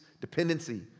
dependency